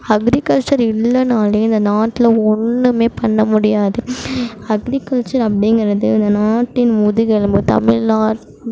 agriculture இல்லைனாலே இந்த நாட்டில் ஒன்றுமே பண்ண முடியாது அக்ரிகல்ச்சர் அப்டிங்கிறது நம்ம நாட்டின் முதுகெலும்பு தமிழ் நாட்டு